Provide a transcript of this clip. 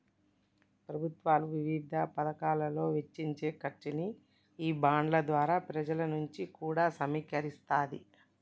ప్రభుత్వాలు వివిధ పతకాలలో వెచ్చించే ఖర్చుని ఈ బాండ్ల ద్వారా పెజల నుంచి కూడా సమీకరిస్తాది